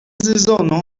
sezono